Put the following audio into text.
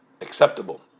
acceptable